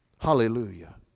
Hallelujah